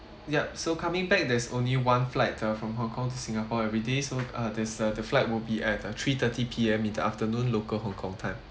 yup so coming back there's only one flight uh from hong kong to singapore everyday so uh this uh the flight will be at uh three thirty P_M in the afternoon local hong kong time